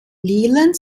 leland